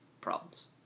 problems